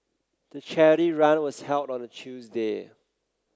the charity run was held on a Tuesday